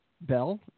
Bell